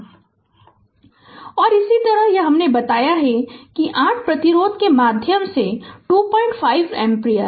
Refer Slide Time 0747 Refer Slide Time 0751 और इसी तरह यह हमने बताया कि 8 प्रतिरोध के माध्यम से 25 एम्पीयर